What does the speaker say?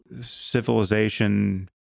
civilization